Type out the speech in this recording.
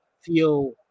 Feel